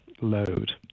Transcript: load